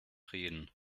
reden